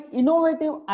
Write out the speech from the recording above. innovative